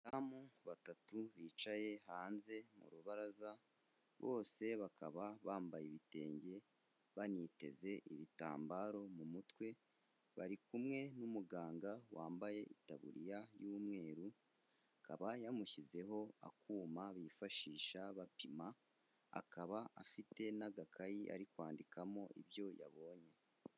Abadamu batatu bicaye hanze mu rubaraza bose bakaba bambaye ibitenge baniteze ibitambaro mu mutwe bari kumwe n'umuganga wambaye itaburiya y'umweru, akaba yamushyizeho akuma bifashisha bapima, akaba afite n'agakayi ari kwandikamo ibyo yabonye.